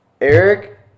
Eric